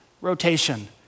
rotation